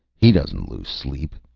he doesn't lose sleep.